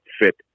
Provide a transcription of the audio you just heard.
fit